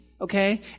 okay